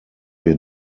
wir